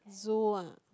Zoo ah